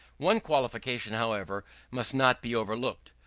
one qualification, however, must not be overlooked.